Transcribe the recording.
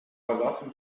verlassen